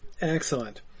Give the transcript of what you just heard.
Excellent